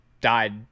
died